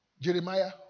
Jeremiah